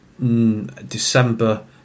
December